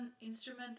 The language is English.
instrument